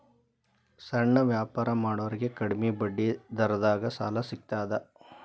ಸಣ್ಣ ವ್ಯಾಪಾರ ಮಾಡೋರಿಗೆ ಕಡಿಮಿ ಬಡ್ಡಿ ದರದಾಗ್ ಸಾಲಾ ಸಿಗ್ತದಾ?